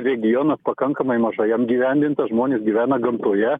regionas pakankamai mažai apgyvendintas žmonės gyvena gamtoje